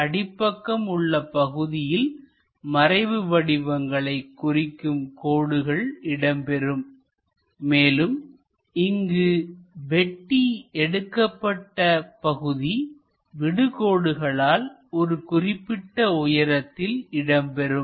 அடிப்பக்கம் உள்ள பகுதியில் மறைவு வடிவங்களை குறிக்கும் கோடுகள் இடம்பெறும் மேலும் இங்கு வெட்டி எடுக்கப்பட்ட பகுதி விடு கோடுகளால் ஒரு குறிப்பிட்ட உயரத்தில் இடம்பெறும்